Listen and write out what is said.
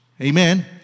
Amen